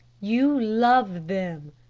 you love them,